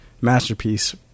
masterpiece